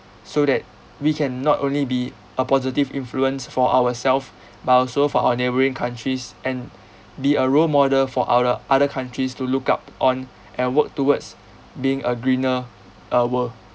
so that we can not only be a positive influence for ourselves but also for our neighbouring countries and be a role model for othe~ other countries to look up on and work towards being a greener uh world